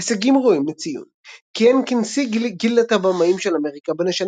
הישגים ראויים לציון כיהן כנשיא גילדת הבמאים של אמריקה בין השנים